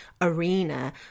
arena